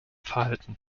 verhalten